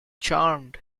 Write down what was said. charmed